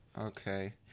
Okay